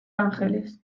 ángeles